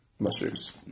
Mushrooms